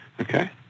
Okay